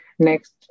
Next